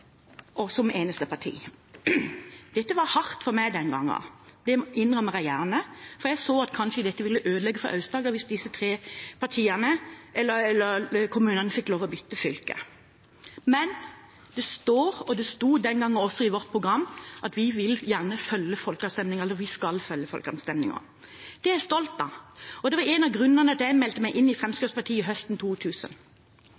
kommunene, som eneste parti. Dette var hardt for meg den gangen, det innrømmer jeg gjerne, for jeg så at det kanskje ville ødelegge for Aust-Agder hvis disse tre kommunene fikk lov til å bytte fylke. Men det står – og det sto den gangen også – i vårt program at vi skal følge folkeavstemninger. Det er jeg stolt av, og det var en av grunnene til at jeg meldte meg inn i